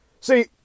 See